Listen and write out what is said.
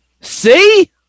See